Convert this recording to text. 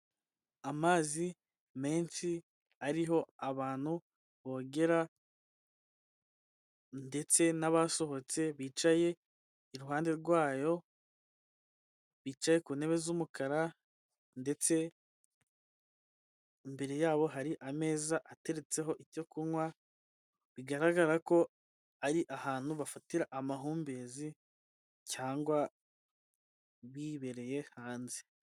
Amazi menshi ariho abantu bogera ndetse n'abasohotse bicaye iruhande rwayo bicaye ku ntebe z'umukara ndetse imbere yabo hari ameza ateretseho icyo kunywa bigaragara ko ari ahantu bafatira amahumbezi cyangwa bibereye hanze.